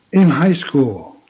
in high school.